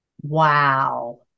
Wow